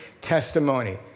testimony